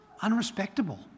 unrespectable